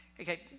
okay